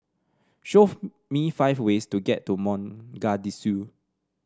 show me five ways to get to Mogadishu